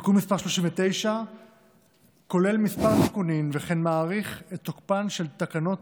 תיקון מס' 39 כולל כמה תיקונים וכן הוא מאריך את תוקפן של תקנות